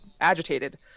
agitated